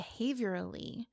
behaviorally